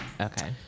Okay